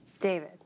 David